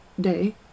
day